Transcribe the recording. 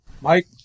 Mike